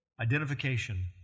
identification